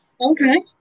Okay